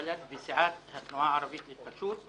בל"ד) וסיעת התנועה הערבית להתחדשות,